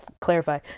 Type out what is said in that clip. clarify